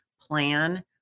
plan